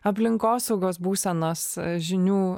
aplinkosaugos būsenos žinių